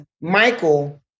Michael